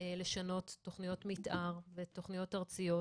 לשנות תכניות מתאר ותכניות ארציות,